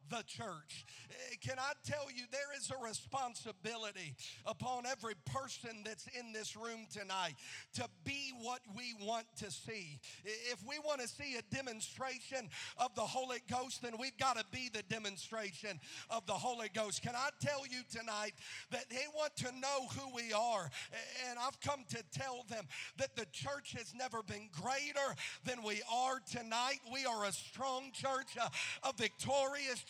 the church. Uh, can I tell you, there is a responsibility upon every person that's in this room tonight to be what we want to see. I- if we wanna see a demonstration of the Holy Ghost, then we've gotta be the demonstration of the Holy Ghost. Can I tell you tonight that they want to know who we are? A- and I've come to tell them that the church has never been greater than we are tonight. We are a strong church, a- a victorious